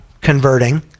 converting